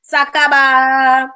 Sakaba